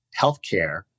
healthcare